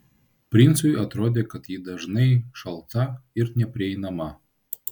princui atrodė kad ji dažnai šalta ir neprieinama